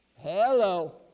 Hello